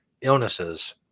illnesses